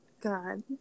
God